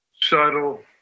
subtle